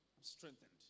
strengthened